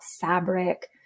fabric